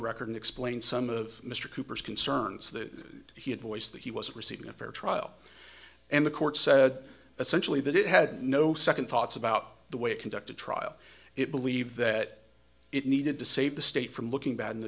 and explain some of mr cooper's concerns that he had voiced that he was receiving a fair trial and the court said essentially that it had no second thoughts about the way it conducted trial it believed that it needed to save the state from looking bad in the